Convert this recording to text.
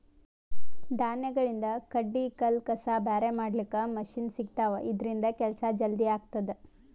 ಧಾನ್ಯಗಳಿಂದ್ ಕಡ್ಡಿ ಕಲ್ಲ್ ಕಸ ಬ್ಯಾರೆ ಮಾಡ್ಲಕ್ಕ್ ಮಷಿನ್ ಸಿಗ್ತವಾ ಇದ್ರಿಂದ್ ಕೆಲ್ಸಾ ಜಲ್ದಿ ಆಗ್ತದಾ